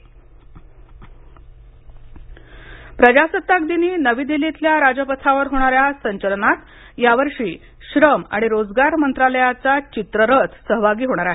संचलन श्रम मंत्रालय प्रजासत्ताक दिनी नवी दिल्लीतल्या राजपथावर होणाऱ्या संचलनात या वर्षी श्रम आणि रोजगार मंत्रालयाचा चित्ररथ सहभागी होणार आहे